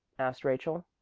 asked rachel.